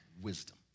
wisdom